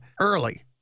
early